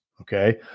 Okay